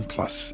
Plus